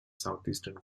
southeastern